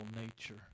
nature